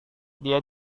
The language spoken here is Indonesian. dia